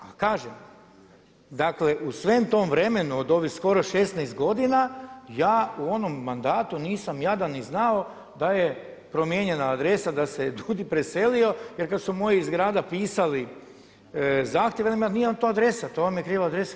Pa kažem dakle u svem tom vremenu od ovih skoro 16 godina ja u onom mandatu nisam jadan ni znao da je promijenjena adresa, da se je DUUDI preselio jer kad su moji iz grada pisali zahtjeve nije vam to adresa, to vam je kriva adresa.